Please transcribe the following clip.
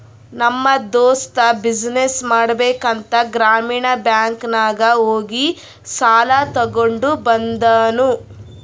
ನಮ್ ದೋಸ್ತ ಬಿಸಿನ್ನೆಸ್ ಮಾಡ್ಬೇಕ ಅಂತ್ ಗ್ರಾಮೀಣ ಬ್ಯಾಂಕ್ ನಾಗ್ ಹೋಗಿ ಸಾಲ ತಗೊಂಡ್ ಬಂದೂನು